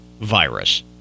virus